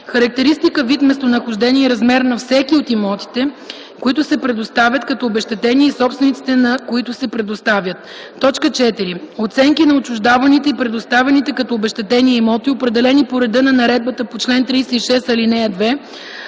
характеристика, вид, местонахождение и размер на всеки от имотите, които се предоставят като обезщетение, и собствениците, на които се предоставят; 4. оценки на отчуждаваните и предоставяните като обезщетение имоти, определени по реда на наредбата по чл. 36, ал. 2